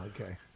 okay